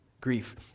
grief